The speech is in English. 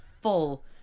full